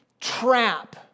trap